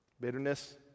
bitterness